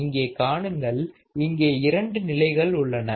இங்கே காணுங்கள் இங்கே இரண்டு நிலைகள் உள்ளன